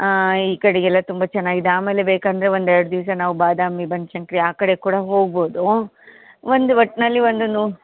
ಆಂ ಈ ಕಡೆಗೆಲ್ಲ ತುಂಬ ಚೆನ್ನಾಗಿದೆ ಆಮೇಲೆ ಬೇಕಂದರೆ ಒಂದೆರಡು ದಿವಸ ನಾವು ಬಾದಾಮಿ ಬನಶಂಕ್ರಿ ಆ ಕಡೆ ಕೂಡ ಹೋಗ್ಬೋದು ಒಂದು ಒಟ್ನಲ್ಲಿ ಒಂದು ನು